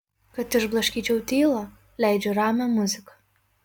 kad išblaškyčiau tylą leidžiu ramią muziką